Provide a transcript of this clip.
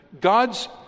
God's